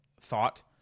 thought